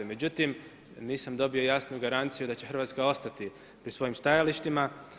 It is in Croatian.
Međutim, nisam dobio jasnu garanciju da će Hrvatska ostati pri svojim stajalištima.